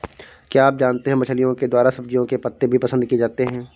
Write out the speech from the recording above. क्या आप जानते है मछलिओं के द्वारा सब्जियों के पत्ते भी पसंद किए जाते है